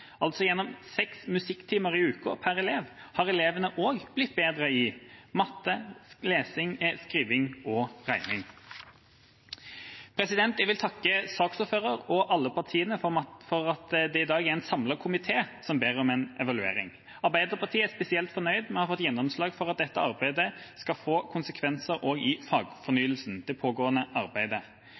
Gjennom seks musikktimer i uka per elev har elevene også blitt bedre i matte, lesing og skriving. Jeg vil takke saksordføreren og alle partiene for at det i dag er en samlet komité som ber om en evaluering. Arbeiderpartiet er spesielt fornøyd med at vi har fått gjennomslag for at dette arbeidet skal få konsekvenser også i fagfornyelsen, det pågående arbeidet.